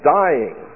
dying